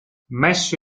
messo